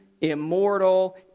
immortal